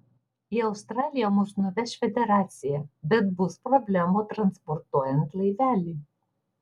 į australiją mus nuveš federacija bet bus problemų transportuojant laivelį